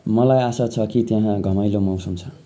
मलाई आशा छ कि त्यहाँ घमाइलो मौसम छ